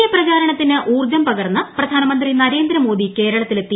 A പ്രചാരണത്തിന് ഊർജ്ജം പകർന്ന് പ്രധാനമന്ത്രി നരേന്ദ്രമോദി കേരളത്തിലെത്തി